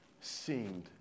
seemed